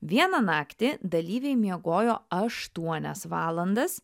vieną naktį dalyviai miegojo aštuonias valandas